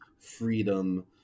Freedom